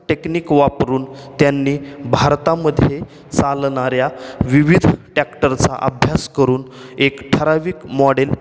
technique वापरून त्यांनी भारतामध्ये चालणाऱ्या विविध टॅक्टरचा अभ्यास करून एक ठराविक मॉडेल